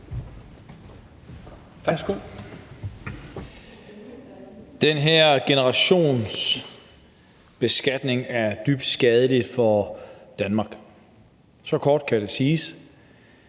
Den her generationsbeskatning er dybt skadelig for Danmark. Så kort kan det siges.